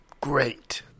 great